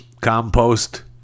compost